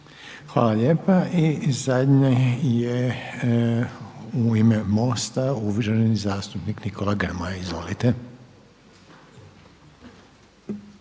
Hvala lijepa. I zadnji je u ime MOST-a uvaženi zastupnik Nikola Grmoja. Izvolite.